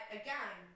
again